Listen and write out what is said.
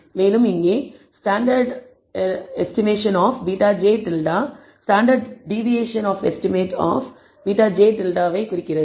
மேலும் இங்கே SE of β̂j standard deviation of estimate of β̂j குறிக்கிறது